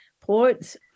ports